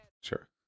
Sure